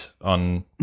on